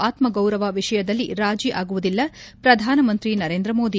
ಆತ್ಮಗೌರವ ವಿಷಯದಲ್ಲಿ ರಾಜಿ ಆಗುವುದಿಲ್ಲ ಪ್ರಧಾನಮಂತ್ರಿ ನರೇಂದ್ರ ಮೋದಿ